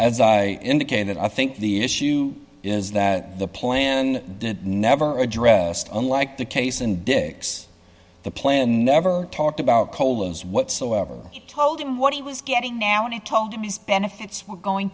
as i indicated i think the issue is that the plan did never addressed unlike the case in dix the plan never talked about colin's whatsoever it told him what he was getting now want to talk to his benefits were going